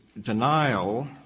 denial